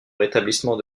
rétablissement